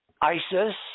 Isis